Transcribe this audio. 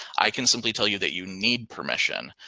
i can simply tell you that you need permission.